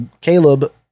caleb